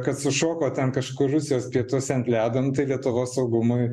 kad sušoko ten kažkur rusijos pietuose ant ledo nu tai lietuvos saugumui